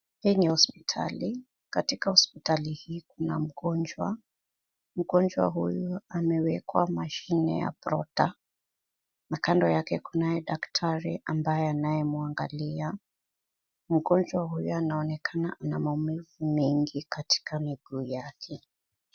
Hii ni hospitali. Katika hospitali hii, kuna mgonjwa. Mgonjwa huyu amewekwa mashine ya protter na kando yake kunaye daktari ambaye anayemwangalia. Mgonjwa huyu anaonekana na maumivu mingi katika miguu yake.